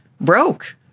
broke